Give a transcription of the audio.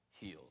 healed